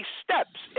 steps